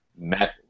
met